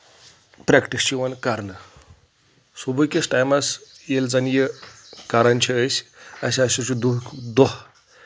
practice چھُ یِوان کرنہٕ صُبحہٕ کِس ٹایمس ییٚلہِ زَن یہِ کران چھِ أسۍ اَسہِ ہسا چھُ دۄہ دۄہ